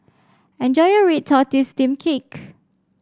enjoy your Red Tortoise Steamed Cake